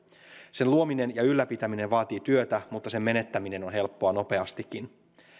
sen luominen ja ylläpitäminen vaatii työtä mutta sen menettäminen on helppoa nopeastikin